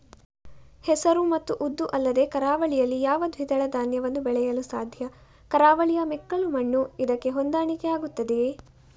ಹೆಸರು ಮತ್ತು ಉದ್ದು ಅಲ್ಲದೆ ಕರಾವಳಿಯಲ್ಲಿ ಯಾವ ದ್ವಿದಳ ಧಾನ್ಯವನ್ನು ಬೆಳೆಯಲು ಸಾಧ್ಯ? ಕರಾವಳಿಯ ಮೆಕ್ಕಲು ಮಣ್ಣು ಇದಕ್ಕೆ ಹೊಂದಾಣಿಕೆ ಆಗುತ್ತದೆಯೇ?